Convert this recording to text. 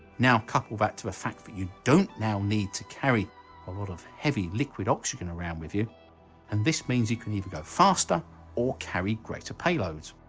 now couple that to a fact when you don't now need to carry a lot of heavy liquid oxygen around with you and this means you can either go faster or carry greater payloads.